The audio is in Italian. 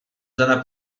zona